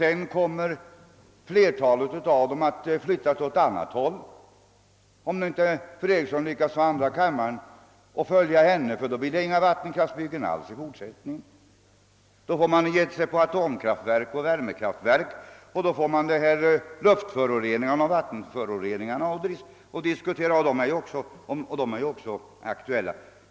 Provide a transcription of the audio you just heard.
Sedan kommer flertalet av dem att flyttas åt annat håll, om inte fru Eriksson lyckas få andra kammaren att följa henne, ty då blir det inga vattenkraftsutbyggnader alls i fortsättningen. Då måste vi ge oss på atomkraftverk och värmekraftverk och får diskutera vattenföroreningar i stället; de är ju också aktuella.